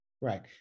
right